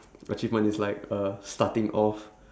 achievement is like uh starting off